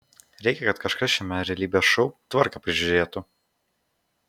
reikia kad kažkas šiame realybės šou tvarką prižiūrėtų